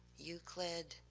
euclid,